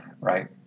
right